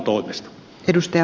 arvoisa puhemies